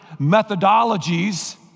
methodologies